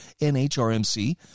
NHRMC